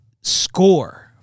score